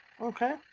okay